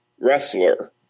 wrestler